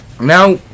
now